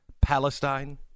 Palestine